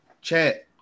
Chat